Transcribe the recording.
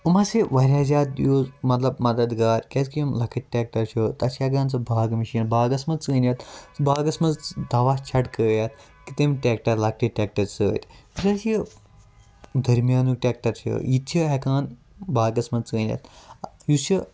یِم حٕظ چھِ واریاہ زیادٕ یوٗز مَطلَب مَدَدگار کیازِ کہِ یِم لۄکٕٹۍ ٹریٚکٹَر چھ تَتھ چھ ہیٚکان سُہ باغہٕ مِشیٖن باغَس مَنٛز ژٲنِتھ باغَس مَنٛز دَوا چھَڑکٲیِتھ کہِ تمہِ ٹریٚکٹَر لۄکٕٹۍ ٹریٚکٹَر سۭتۍ یہِ دَرمِیانُک ٹریٚکٹَر چھُ یہِ تہِ چھ ہیٚکان باغَس مَنٛز ژٲنِتھ یُس یہِ